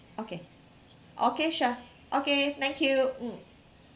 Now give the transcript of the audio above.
okay okay sure okay thank you mm